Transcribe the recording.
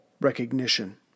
recognition